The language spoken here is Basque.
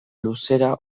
luzera